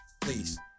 please